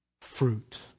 fruit